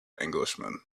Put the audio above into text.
englishman